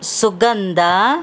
Sugandha